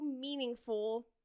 meaningful